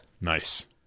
Nice